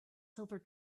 silver